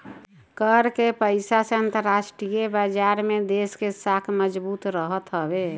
कर के पईसा से अंतरराष्ट्रीय बाजार में देस के साख मजबूत रहत हवे